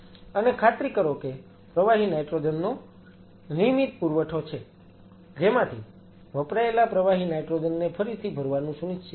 અને ખાતરી કરો કે પ્રવાહી નાઈટ્રોજન નો નિયમિત પુરવઠો છે જેમાંથી વપરાયેલા પ્રવાહી નાઈટ્રોજન ને ફરીથી ભરવાનું સુનિશ્ચિત કરો